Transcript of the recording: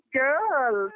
girl